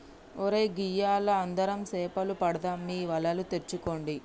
ఒరై గియ్యాల అందరం సేపలు పడదాం మీ వలలు తెచ్చుకోండి